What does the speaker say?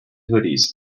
hoodies